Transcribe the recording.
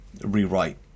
rewrite